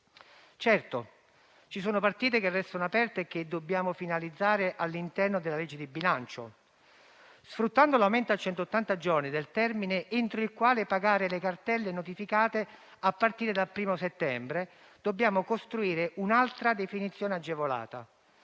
Certo, ci sono partite che restano aperte e che dobbiamo finalizzare all'interno della legge di bilancio. Sfruttando l'aumento a centottanta giorni del termine entro il quale pagare le cartelle notificate a partire dal primo settembre, dobbiamo costruire un'altra definizione agevolata.